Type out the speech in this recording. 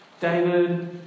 David